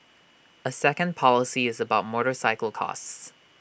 A second policy is about motorcycle costs